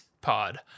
Pod